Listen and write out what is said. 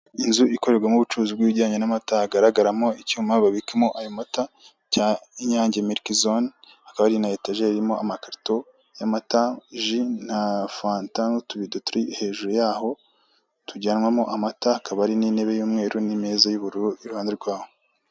Inzu ikorerwamo ubucuruzi bw'ibijyanye n'amata hagaragaramo icyuma babikamo ayo mata cya INYANGE milkzone, akaba hari na etajeri irimo amakarito y'amata, ji na fanta n'utubido turi hejuru y'aho tujyanwamo amata akaba hari n'intebe y'umweru n'imeza y'ubururu iruhande rwaho.